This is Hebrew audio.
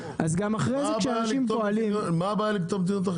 אז מה הבעיה לכתוב מדיניות אכיפה?